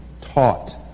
taught